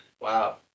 Wow